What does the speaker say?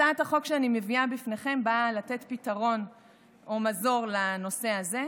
הצעת החוק שאני מביאה בפניכם באה לתת פתרון או מזור לנושא הזה,